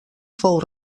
fou